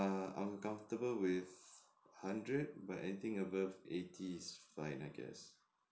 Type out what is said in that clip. err I'm comfortable with hundred but anything above eighty is fine I guess